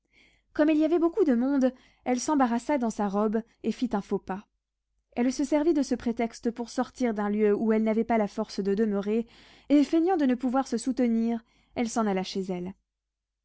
comme il y avait beaucoup de monde elle s'embarrassa dans sa robe et fit un faux pas elle se servit de ce prétexte pour sortir d'un lieu où elle n'avait pas la force de demeurer et feignant de ne se pouvoir soutenir elle s'en alla chez elle